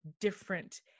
different